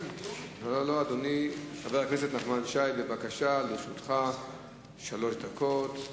חבר הכנסת נחמן שי, לרשותך שלוש דקות.